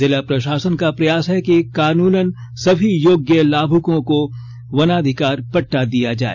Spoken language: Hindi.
जिला प्रशासन का प्रयास है कि कानूनन सभी योग्य लाभुकों को वनाधिकार पट्टा दिया जाए